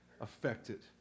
affected